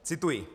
Cituji: